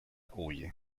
huye